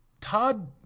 Todd